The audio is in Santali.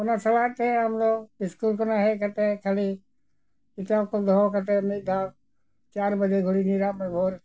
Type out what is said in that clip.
ᱚᱱᱟ ᱥᱟᱞᱟᱜ ᱛᱮ ᱟᱢ ᱫᱚ ᱥᱠᱩᱞ ᱠᱷᱚᱱᱟᱜ ᱦᱮᱡ ᱠᱟᱛᱮᱫ ᱠᱷᱟᱹᱞᱤ ᱠᱤᱛᱟᱵ ᱠᱚ ᱫᱚᱦᱚ ᱠᱟᱛᱮ ᱢᱤᱫ ᱫᱷᱟᱣ ᱪᱟᱨ ᱵᱟᱡᱮ ᱜᱷᱩᱲᱤ ᱧᱤᱨᱟᱜ ᱢᱮ ᱵᱷᱳᱨ